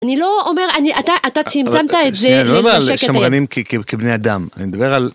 אני לא אומר, אתה צמצמת את זה, אני לא אומר על השמרנים כבני אדם אני מדבר על...